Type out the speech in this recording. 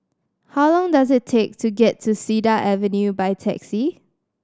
how long does it take to get to Cedar Avenue by taxi